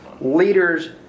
Leaders